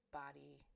body